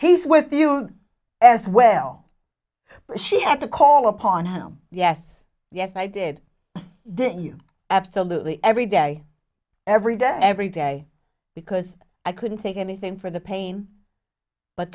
he's with you as well but she had to call upon him yes yes i did didn't you absolutely every day every day every day because i couldn't take anything for the pain but